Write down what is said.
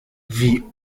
wie